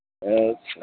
अच्छा